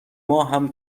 ماهم